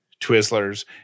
Twizzlers